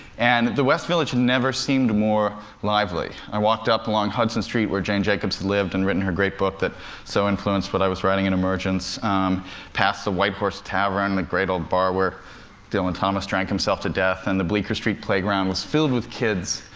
and the west village had never seemed more lively. i walked up along hudson street where jane jacobs had lived and written her great book that so influenced what i was writing in emergence past the white horse tavern, that great old bar where dylan thomas drank himself to death, and the bleecker street playground was filled with kids.